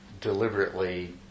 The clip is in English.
deliberately